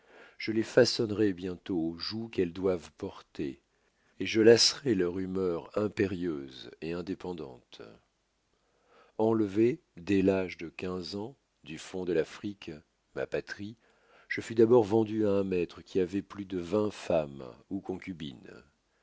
je les façonnerois bientôt au joug qu'elles doivent porter et je lasserois leur humeur impérieuse et indépendante enlevé dès l'âge de quinze ans au fond de l'afrique ma patrie je fus d'abord vendu à un maître qui avoit plus de vingt femmes ou concubines